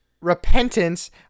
Repentance